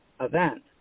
event